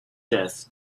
death